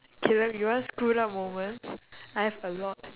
caleb you want screwed up moments I have a lot